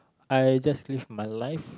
I just live my life